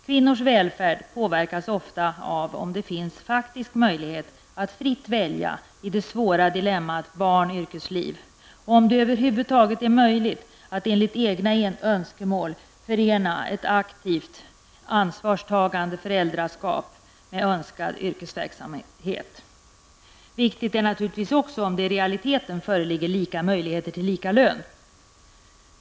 Kvinnors välfärd påverkas ofta av om det finns faktisk möjlighet att fritt välja i det svåra dilemmat barn/yrkesliv och om det över huvud taget är möjligt att enligt egna önskemål förena ett aktivt ansvarstagande föräldraskap med önskad yrkesverksamhet. Viktigt är naturligtvis också om det i realiteten föreligger lika möjligheter till lika lön.